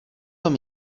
tom